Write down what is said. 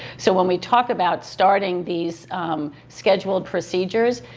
so when we talk about starting these scheduled procedures,